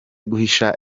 guhisha